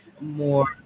more